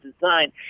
design